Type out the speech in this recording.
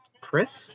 Chris